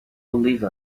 believe